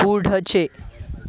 पुढचे